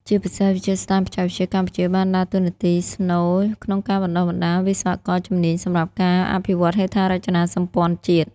ជាពិសេស វិទ្យាស្ថានបច្ចេកវិទ្យាកម្ពុជា បានដើរតួនាទីស្នូលក្នុងការបណ្តុះបណ្តាលវិស្វករជំនាញសម្រាប់ការអភិវឌ្ឍហេដ្ឋារចនាសម្ព័ន្ធជាតិ។